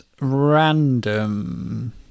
random